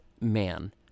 man